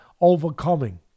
overcoming